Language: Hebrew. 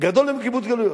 גדול מהם קיבוץ גלויות.